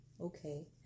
Okay